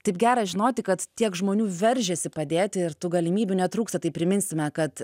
taip gera žinoti kad tiek žmonių veržiasi padėti ir tų galimybių netrūksta tai priminsime kad